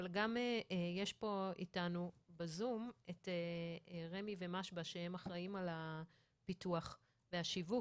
גם יש פה אתנו בזום את רמ"י ו --- שהם אחראים על הפיתוח והשיווק,